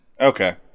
Okay